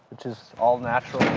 which is all natural